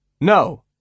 No